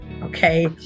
okay